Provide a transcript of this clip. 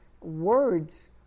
Words